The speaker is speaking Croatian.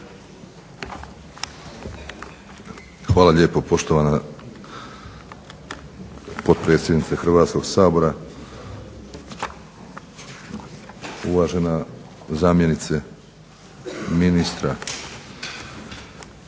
Hvala lijepo poštovana potpredsjednice Hrvatskog sabora. Uvažena zamjenice ministra. Izvješće o